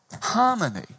harmony